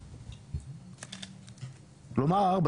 כלומר,